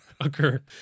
Occur